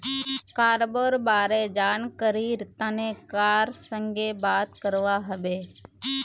cargo बारे जानकरीर तने कार संगे बात करवा हबे